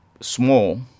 small